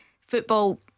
football